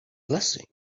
blessing